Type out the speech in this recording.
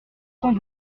cent